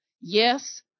Yes